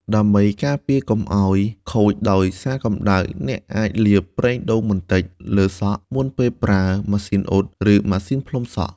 ដើម្បីការពារសក់កុំឱ្យខូចដោយសារកម្ដៅ លោកអ្នកអាចលាបប្រេងដូងបន្តិចលើសក់ មុនពេលប្រើ ម៉ាស៊ីនអ៊ុត ឬ ម៉ាស៊ីនផ្លុំសក់។